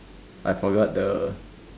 I forgot the